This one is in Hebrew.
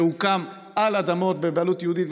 שהוקם על אדמות בבעלות יהודית.